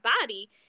body